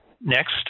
next